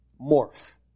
morph